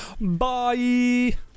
Bye